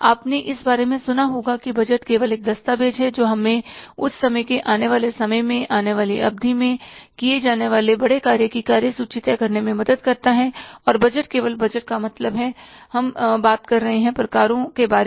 आपने इस बारे में सुना होगा कि बजट केवल एक दस्तावेज है जो हमें उस समय के आने वाले समय में आने वाली अवधि में किए जाने वाले बड़े कार्यों की कार्य सूची तय करने में मदद करता है और बजट केवल बजट का मतलब है हम बात कर रहे हैं प्रकारों के बारे में